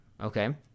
Okay